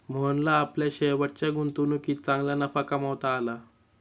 मोहनला आपल्या शेवटच्या गुंतवणुकीत चांगला नफा कमावता आला